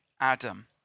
Adam